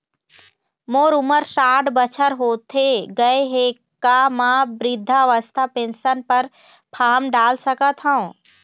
मोर उमर साठ बछर होथे गए हे का म वृद्धावस्था पेंशन पर फार्म डाल सकत हंव?